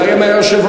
זה היה מהיושב-ראש,